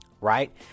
right